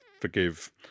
forgive